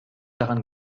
daran